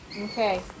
Okay